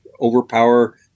overpower